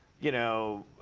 you know,